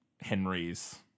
Henry's